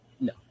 No